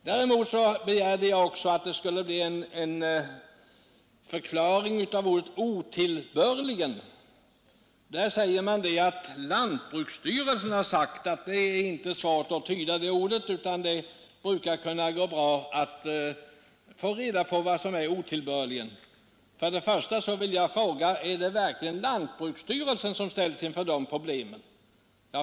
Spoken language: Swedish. Därtill begärde jag en förklaring av ordet ”otillbörligen”. På denna punkt säger utskottet att lantbruksstyrelsen har sagt att det inte är svårt att tyda det ordet, utan att det brukar gå bra att få reda på, vad som menas därmed. Jag vill då fråga om det verkligen är lantbruksstyrelsen som ställs inför de problemen.